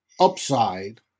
upside